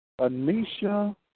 Anisha